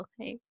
Okay